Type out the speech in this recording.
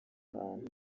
ahantu